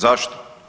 Zašto?